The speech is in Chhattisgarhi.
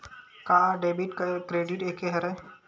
का डेबिट क्रेडिट एके हरय?